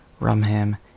Rumham